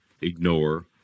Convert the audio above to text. ignore